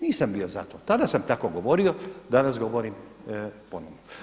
Nisam bio za to, tada sam tako govorio, danas govorim ponovno.